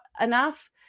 enough